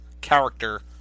character